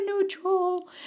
neutral